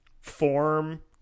form